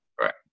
Right